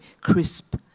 crisp